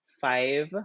five